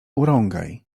urągaj